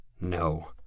No